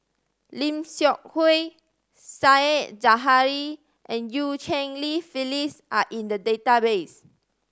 Lim Seok Hui Said Zahari and Eu Cheng Li Phyllis are in the database